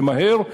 ומהר,